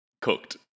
cooked